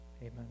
Amen